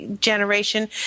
generation